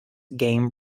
game